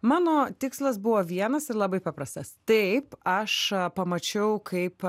mano tikslas buvo vienas ir labai paprastas taip aš pamačiau kaip